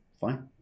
fine